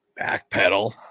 backpedal